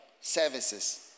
services